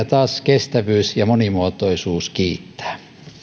taas kestävyys ja monimuotoisuus kiittävät